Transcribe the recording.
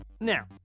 Now